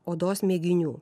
odos mėginių